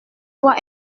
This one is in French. voix